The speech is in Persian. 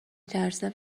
ترسیدم